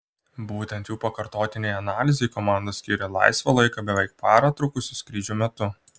būtent jų pakartotinei analizei komanda skyrė laisvą laiką beveik parą trukusių skrydžių metu